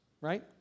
right